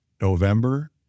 November